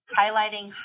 highlighting